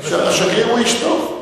השגריר הוא איש טוב.